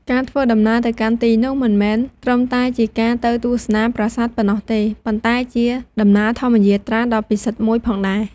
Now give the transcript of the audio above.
ការធ្វើដំណើរទៅកាន់ទីនោះមិនមែនត្រឹមតែជាការទៅទស្សនាប្រាសាទប៉ុណ្ណោះទេ ប៉ុន្តែជា ដំណើរធម្មយាត្រា ដ៏ពិសិដ្ឋមួយផងដែរ។